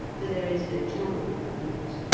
for there is no channel for a boat.